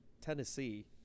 Tennessee